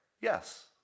Yes